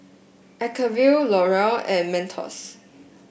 Acuvue L Oreal and Mentos